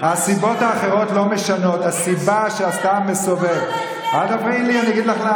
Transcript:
חבר הכנסת סובה, אל תסתתר מאחורי מילים ריקות.